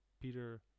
Peter